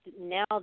now